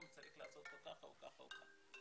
אם צריך לעשות אותה ככה או ככה או ככה.